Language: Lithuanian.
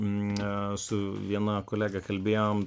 su viena kolege kalbėjom